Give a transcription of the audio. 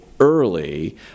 Early